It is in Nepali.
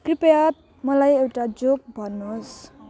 कृपया मलाई एउटा जोक भन्नुहोस्